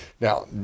Now